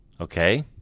Okay